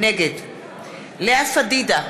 נגד לאה פדידה,